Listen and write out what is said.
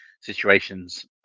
situations